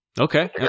okay